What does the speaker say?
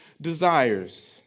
desires